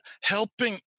helping